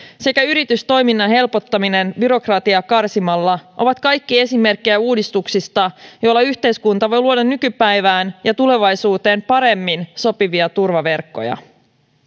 sekä yritystoiminnan helpottaminen byrokratiaa karsimalla ovat kaikki esimerkkejä uudistuksista joilla yhteiskunta voi luoda nykypäivään ja tulevaisuuteen paremmin sopivia turvaverkkoja